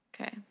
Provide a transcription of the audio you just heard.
Okay